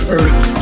earth